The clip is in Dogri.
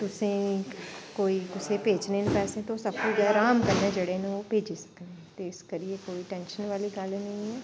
तुसें गी कोई कुसै गी भेजने न पैसे तुस आपूं गै अराम कन्नै जेह्ड़े न ओह् भेज्जी सकने ते इस करियै कोई टैंशन आह्ली गल्ल नेईं ऐ